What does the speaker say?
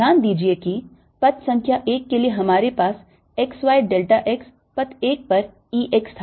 ध्यान दीजिए कि पथ संख्या 1 के लिए हमारे पास x y delta x पथ 1 पर E x था